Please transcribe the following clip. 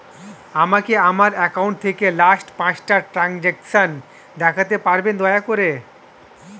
আমাকে আমার অ্যাকাউন্ট থেকে লাস্ট পাঁচটা ট্রানজেকশন দেখাতে পারবেন দয়া করে